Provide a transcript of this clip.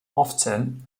often